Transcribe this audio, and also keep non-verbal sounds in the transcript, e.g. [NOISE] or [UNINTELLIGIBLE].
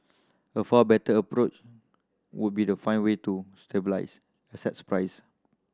a far better approach would be to find way to [UNINTELLIGIBLE] asset price